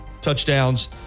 touchdowns